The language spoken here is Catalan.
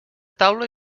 taula